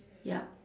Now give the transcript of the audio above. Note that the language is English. yup